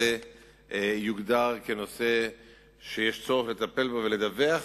הזה יוגדר כנושא שיש צורך לטפל בו ולדווח,